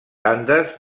andes